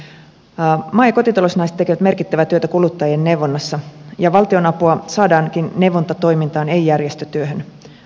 maa ja kotitalousnaiset tekevät merkittävää työtä kuluttajien neuvonnassa ja valtionapua saadaankin neuvontatoimintaan ei järjestötyöhön